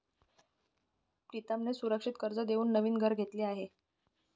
प्रीतमने सुरक्षित कर्ज देऊन नवीन घर घेतले आहे